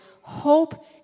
hope